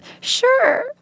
Sure